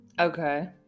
Okay